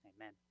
Amen